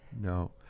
No